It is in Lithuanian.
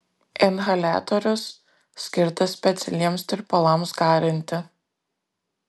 inhaliatorius skirtas specialiems tirpalams garinti